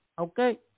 Okay